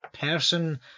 person